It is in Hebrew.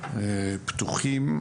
פתוחים,